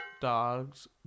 dogs